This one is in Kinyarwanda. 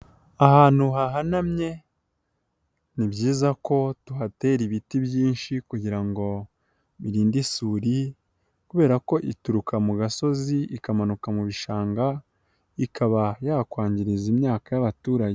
Ahantu hahanamye ni byiza ko tuhatera ibiti byinshi kugira ngo birinde isuri kubera ko ituruka mu gasozi ikamanuka mu bishanga ikaba yakwangiriza imyaka y'abaturage.